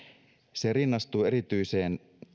se rinnastuu erityisen